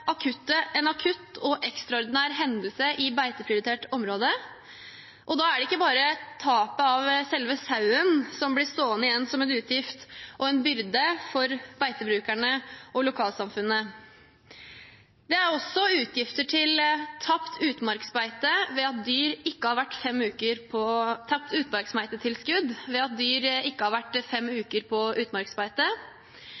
en akutt og ekstraordinær hendelse i beiteprioritert område, og da er det ikke bare tapet av selve sauen som blir stående igjen som en utgift og en byrde for beitebrukerne og lokalsamfunnet. Det er også utgifter til tapt utmarksbeitetilskudd ved at dyr ikke har vært fem uker på